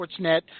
Sportsnet